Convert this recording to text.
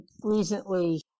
recently